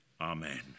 Amen